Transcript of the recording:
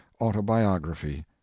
autobiography